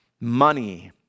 money